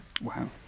wow